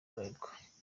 bralirwa